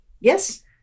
Yes